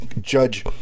Judge